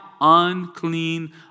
unclean